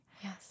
Yes